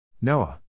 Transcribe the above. Noah